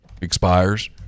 expires